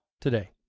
today